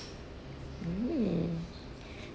hmm